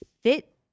fit